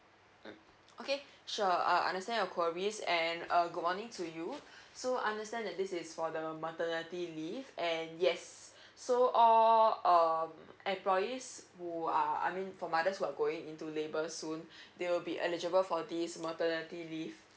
mm okay sure uh understand your queries and uh good morning to you so understand that this is for the maternity leave and yes so all um employees who are I mean for mothers who are going into labour soon they'll be eligible for this maternity leave